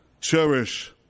cherish